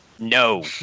no